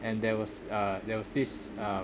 and there was uh there was this uh